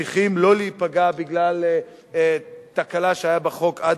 צריכים לא להיפגע בגלל תקלה שהיתה בחוק עד